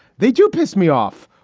they do. piss me off.